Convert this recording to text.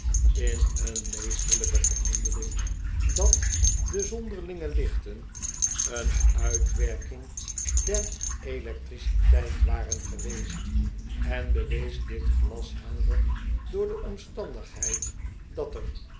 in een meesterlijke verhandeling dat de zonderlinge iichten een uitwerking w sam raakt slaags met een deurwaarder der electriciteit waren geweest en bewees dit glashelder door de omstandigheid dat er